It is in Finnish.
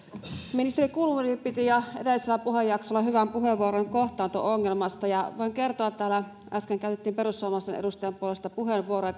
ministeri kulmuni piti jo edellisellä puhejaksolla hyvän puheenvuoron kohtaanto ongelmasta ja voin kertoa täällä äsken käytettiin perussuomalaisten edustajan puolesta puheenvuoro